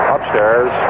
Upstairs